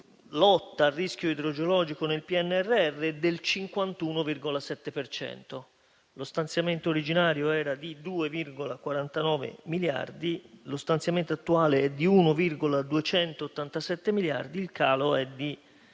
lotta al rischio idrogeologico nel PNRR del 51,7 per cento. Lo stanziamento originario era di 2,49 miliardi, lo stanziamento attuale è di 1,287 miliardi, con un calo di